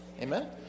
Amen